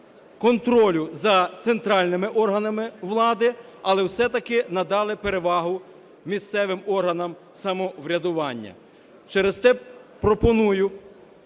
контролю за центральними органами влади, але все-таки надали перевагу місцевим органам самоврядування. Через те пропоную